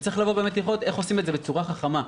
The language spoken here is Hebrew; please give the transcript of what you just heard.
וצריך לראות איך עושים את זה בצורה חכמה.